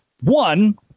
One